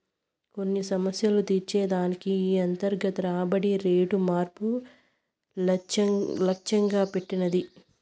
కొన్ని సమస్యలు తీర్చే దానికి ఈ అంతర్గత రాబడి రేటు మార్పు లచ్చెంగా పెట్టినది